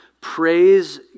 Praise